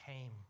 came